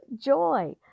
joy